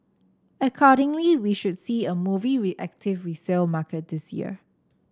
accordingly we should see a movie active resale market this year